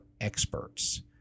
experts